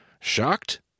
Shocked